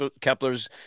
Kepler's